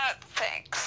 thanks